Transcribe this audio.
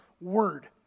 word